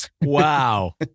wow